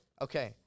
Okay